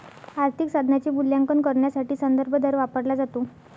आर्थिक साधनाचे मूल्यांकन करण्यासाठी संदर्भ दर वापरला जातो